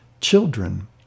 children